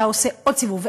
אתה עושה עוד סיבוב,